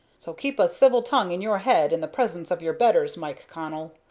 so keep a civil tongue in your head in the presence of your betters, mike connell.